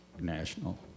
national